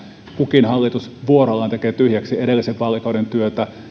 kukin hallitus vuorollaan tekee tyhjäksi edellisen vaalikauden työtä